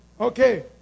Okay